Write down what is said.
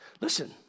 Listen